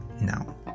now